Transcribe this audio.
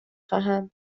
خواهم